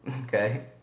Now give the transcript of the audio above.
Okay